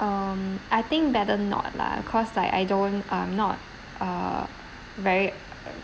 um I think better not lah cause like I don't um not uh very